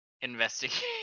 investigate